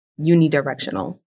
unidirectional